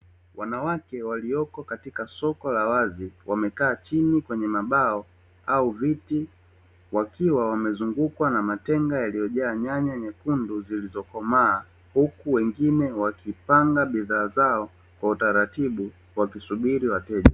Wanawake walioko katika soko la wazi, wamekaa chini kwenye mabao au viti, wakiwa wamezungukwa na matenga yaliyojaa nyanya nyekundu zilizokomaa, huku wengine wakipanga bidhaa zao kwa utaratibu wakisubiri wateja.